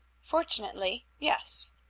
fortunately, yes.